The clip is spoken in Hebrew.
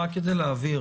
רק כדי להבהיר,